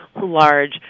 large